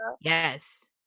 Yes